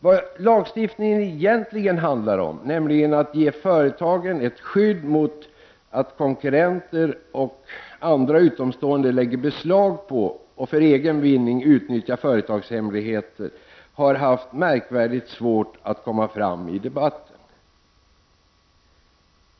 Vad lagstiftningen egentligen handlar om, nämligen att ge företagen ett skydd mot att konkurrenter och andra utomstående lägger beslag på och för egen vinning utnyttjar företagshemligheter, har haft märkvärdigt svårt att komma fram i debatten.